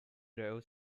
grove